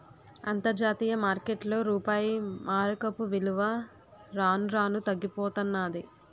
అంతర్జాతీయ మార్కెట్లో రూపాయి మారకపు విలువ రాను రానూ తగ్గిపోతన్నాది